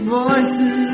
voices